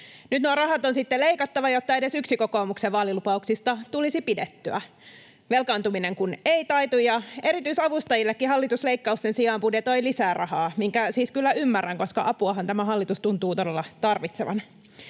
Nyt nuo rahat on sitten leikattava, jotta edes yksi kokoomuksen vaalilupauksista tulisi pidettyä, velkaantuminen kun ei taitu ja erityisavustajillekin hallitus leikkausten sijaan budjetoi lisää rahaa — minkä siis kyllä ymmärrän, koska apuahan tämä hallitus tuntuu todella tarvitsevan.